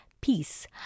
peace